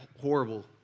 horrible